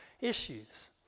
issues